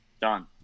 done